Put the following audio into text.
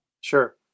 Sure